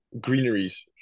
greeneries